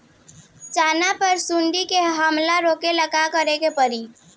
चना पर सुंडी के हमला रोके ला का करे के परी?